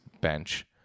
bench